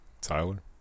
Tyler